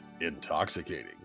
Intoxicating